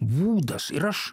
būdas ir aš